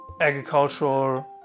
agricultural